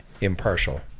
impartial